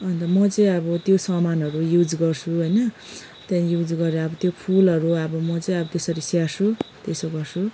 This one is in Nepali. अन्त म चाहिँ अब त्यो सामानहरू युज गर्छु होइन त्यहाँ युज गरेर त्यो फुलहरू अब म चाहिँ अब त्यसरी स्याहार्छु त्यसो गर्छु